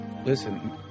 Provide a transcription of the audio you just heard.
Listen